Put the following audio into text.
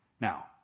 Now